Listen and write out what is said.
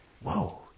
whoa